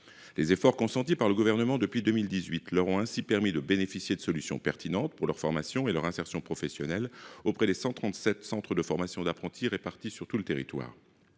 Les efforts consentis par le Gouvernement depuis 2018 leur ont ainsi permis de bénéficier de solutions pertinentes pour leur formation et leur insertion professionnelle auprès des 137 centres de formation d’apprentis (CFA) répartis sur tout le territoire.